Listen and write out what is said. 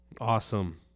Awesome